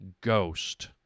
Ghost